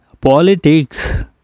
politics